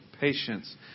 Patience